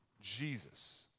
Jesus